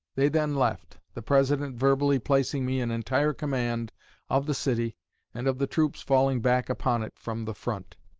they then left, the president verbally placing me in entire command of the city and of the troops falling back upon it from the front.